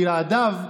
בלעדיו,